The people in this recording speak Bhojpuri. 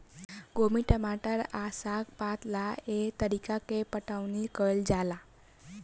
गोभी, टमाटर आ साग पात ला एह तरीका से पटाउनी कईल जाला